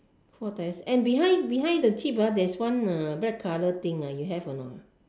four tyres and behind behind the jeep ah there's one uh black colour thing ah you have or not